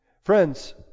Friends